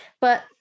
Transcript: But-